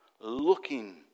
Looking